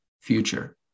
future